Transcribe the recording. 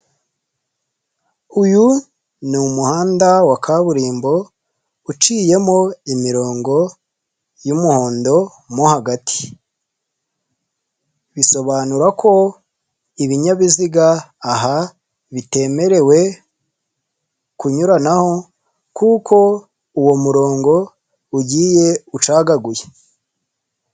Uyu ni umuhanda wa kaburimbo uciyemo imirongo y'umuhondo mo hagati. Bisobanuye ko ibinyabiziga aha bitemerewe kunyuranaho kuko uwo murongo ugiye ucagaguye.